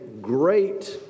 great